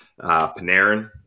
Panarin